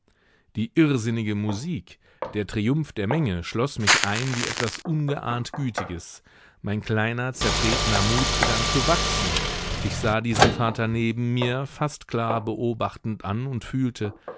die irrsinnige musik der triumph der menge schloß mich ein wie etwas ungeahnt gütiges mein kleiner zertretener mut begann zu wachsen ich sah diesen vater neben mir fast klar beobachtend an und fühlte